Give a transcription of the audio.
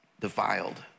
defiled